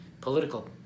political